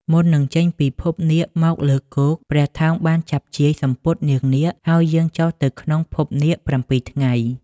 មុននឹងចេញពីភពនាគមកលើគោក ព្រះថោងបានចាប់ជាយ សំពត់នាងនាគ ហើយយាងចុះទៅក្នុងភពនាគ ៧ ថ្ងៃ។